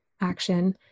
action